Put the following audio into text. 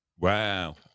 wow